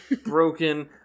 broken